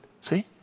See